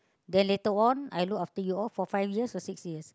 then later on I look after you all for five years or six years